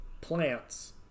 plants